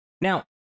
now